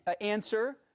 answer